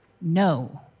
No